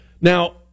Now